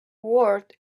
word